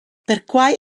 perquai